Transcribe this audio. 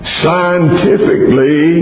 scientifically